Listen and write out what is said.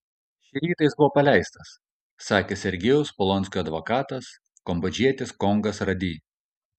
šį rytą jis buvo paleistas sakė sergejaus polonskio advokatas kambodžietis kongas rady